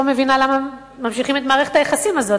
לא מבינה למה ממשיכים את מערכת היחסים הזאת,